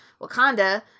Wakanda